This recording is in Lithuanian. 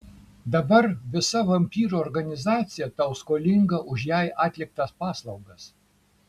dabar visa vampyrų organizacija tau skolinga už jai atliktas paslaugas